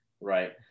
right